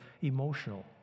emotional